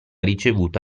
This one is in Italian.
ricevuta